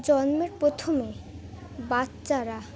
জন্মের প্রথমে বাচ্চারা